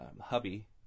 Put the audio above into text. hubby